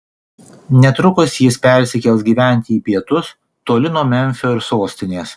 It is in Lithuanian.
netrukus jis persikels gyventi į pietus toli nuo memfio ir sostinės